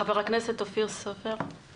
חבר הכנסת אופיר סופר בבקשה.